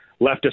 leftist